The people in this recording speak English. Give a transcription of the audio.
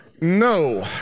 no